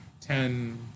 ten